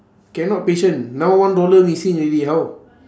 cannot patient now one dollar missing already how